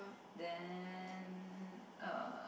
then err